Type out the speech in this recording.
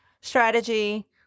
strategy